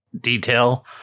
detail